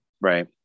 right